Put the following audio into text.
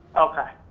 okay,